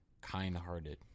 kind-hearted